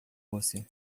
você